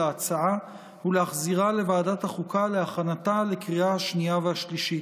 ההצעה ולהחזירה לוועדת החוקה להכנתה לקריאה השנייה והשלישית.